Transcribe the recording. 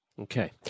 Okay